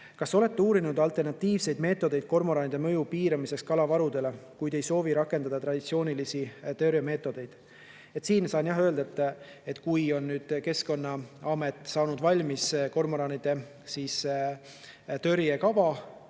"Kas olete uurinud alternatiivseid meetodeid kormoranide mõju piiramiseks kalavarudele, kui te ei soovi rakendada traditsioonilisi tõrjemeetodeid?" Siin saan öelda, et kui Keskkonnaamet on saanud valmis kormoranide tõrje kava,